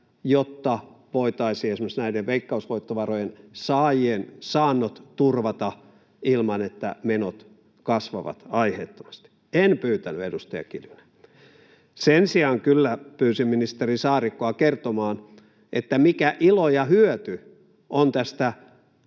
jotta voitaisiin esimerkiksi näiden veikkausvoittovarojen saajien saannot turvata ilman, että menot kasvavat aiheettomasti. En pyytänyt, edustaja Kiljunen. Sen sijaan kyllä pyysin ministeri Saarikkoa kertomaan, mikä ilo ja hyöty on tästä